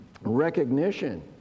recognition